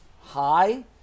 high